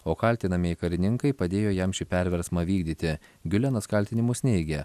o kaltinamieji karininkai padėjo jam šį perversmą vykdyti giulenas kaltinimus neigia